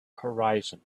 horizon